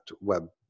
web